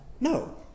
No